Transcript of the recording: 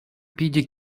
питӗ